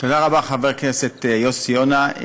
תודה רבה, חבר הכנסת יוסי יונה.